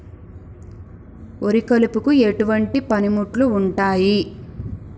వరి కలుపుకు ఎటువంటి పనిముట్లు ఉంటాయి?